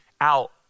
out